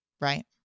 Right